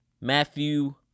Matthew